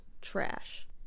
trash